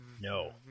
No